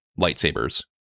lightsabers